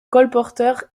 colporteur